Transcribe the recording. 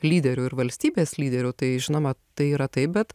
lyderiu ir valstybės lyderiu tai žinoma tai yra taip bet